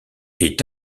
est